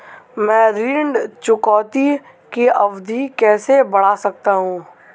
मैं ऋण चुकौती की अवधि कैसे बढ़ा सकता हूं?